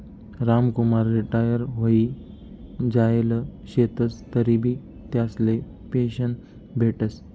Ramkumar retire व्हयी जायेल शेतंस तरीबी त्यासले पेंशन भेटस